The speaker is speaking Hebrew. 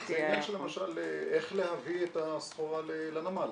למשל איך להביא את הסחורה לנמל,